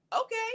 okay